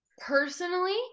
personally